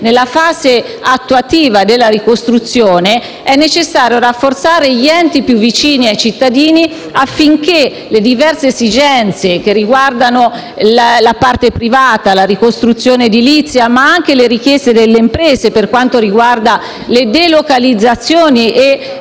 fase - attuativa - della ricostruzione è necessario rafforzare gli enti più vicini ai cittadini, cioè i Comuni, affinché trovino risposta le diverse esigenze che riguardano la parte privata, la ricostruzione edilizia, ma anche le richieste delle imprese per quanto riguarda le delocalizzazioni e